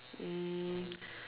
um